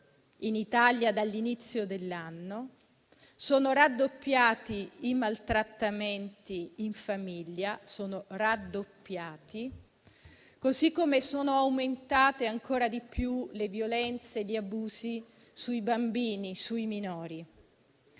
in Italia dall'inizio dell'anno. Sono raddoppiati i maltrattamenti in famiglia, così come sono aumentati ancora di più le violenze e gli abusi sui minori.